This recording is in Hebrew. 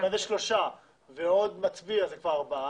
זה שלושה ועוד מצביע זה כבר ארבעה,